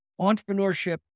entrepreneurship